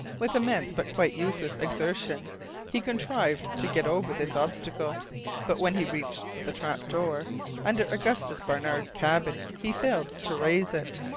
with immense but quite useless exertion he contrived to get over this obstacle but when he reached the trap-door under augustus barnard's cabin he failed to raise it,